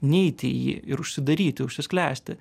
neiti į jį ir užsidaryti užsisklęsti